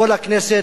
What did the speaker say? בוא לכנסת,